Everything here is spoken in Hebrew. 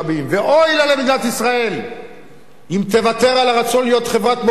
ואוי לה למדינת ישראל אם תוותר על הרצון להיות חברת מופת